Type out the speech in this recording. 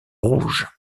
rouge